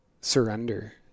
Surrender